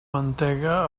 mantega